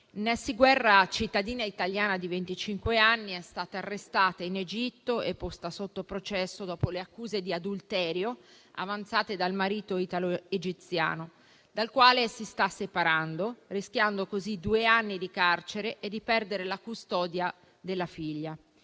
Nessy Guerra, cittadina italiana di 25 anni, è stata arrestata in Egitto e posta sotto processo dopo le accuse di adulterio avanzate dal marito italo-egiziano, dal quale si sta separando, rischiando così due anni di carcere e di perdere la custodia della figlia: